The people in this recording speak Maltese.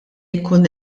jkun